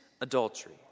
adultery